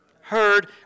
heard